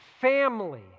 Family